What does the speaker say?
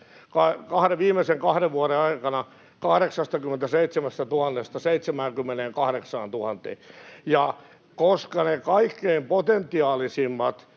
viimeisen kahden vuoden aikana 87 000:sta 78 000:een. Ja koska ne kaikkein potentiaalisimmat